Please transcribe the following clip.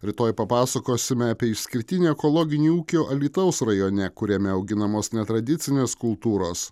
rytoj papasakosime apie išskirtinį ekologinį ūkį alytaus rajone kuriame auginamos netradicinės kultūros